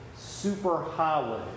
superhighway